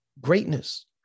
Greatness